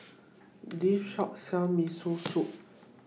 This Shop sells Miso Soup